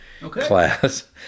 class